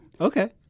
Okay